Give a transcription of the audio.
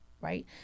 right